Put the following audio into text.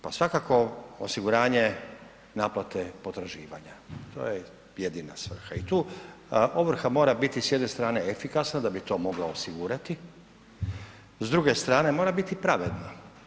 Pa svakako osiguranje naplate potraživanja, to je jedina svrha i tu ovrha mora biti s jedne strane efikasna da bi to mogla osigurati, s druge strane mora biti pravedna.